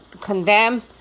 condemn